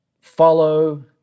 follow